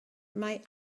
mae